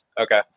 okay